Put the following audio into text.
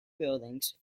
buildings